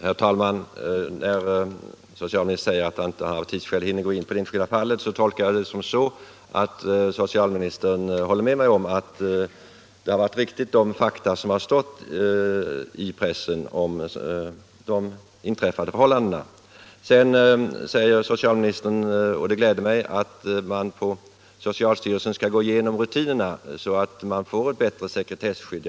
Herr talman! När socialministern säger att han av tidsskäl inte kan gå in på de enskilda fallen, tolkar jag det så att socialministern håller med mig om att vad som har stått i pressen om de inträffade förhållandena har varit riktigt. Det gläder mig att socialministern säger att man på socialstyrelsen skall gå igenom rutinerna så att man får ett bättre sekretesskydd.